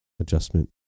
adjustment